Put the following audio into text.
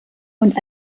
und